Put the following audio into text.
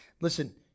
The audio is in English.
Listen